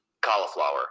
cauliflower